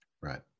Right